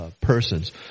persons